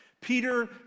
Peter